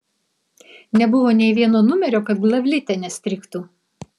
nebuvo nė vieno numerio kad glavlite nestrigtų